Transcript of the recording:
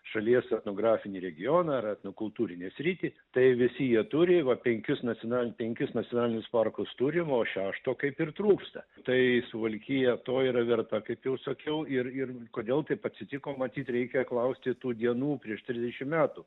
šalies etnografinį regioną ar etnokultūrinę sritį tai visi jie turi va penkius nacional penkis nacionalinius parkus turim o šešto kaip ir trūksta tai suvalkija to yra verta kaip jau sakiau ir ir kodėl taip atsitiko matyt reikia klausti tų dienų prieš trisdešim metų